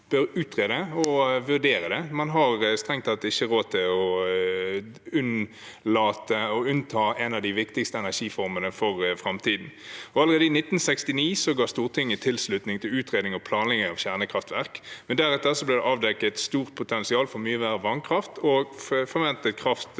bør utrede og vurdere det. Man har strengt tatt ikke råd til å unnta en av de viktigste energiformene for framtiden. Allerede i 1969 ga Stortinget tilslutning til utredning og planlegging av kjernekraftverk. Deretter ble det avdekket et stort potensial for mye mer vannkraft, og forventet kraftforbruk